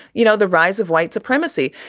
you know, the rise of white supremacy,